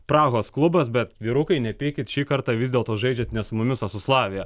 prahos klubas bet vyrukai nepykit šį kartą vis dėlto žaidžiat ne su mumis o su slavija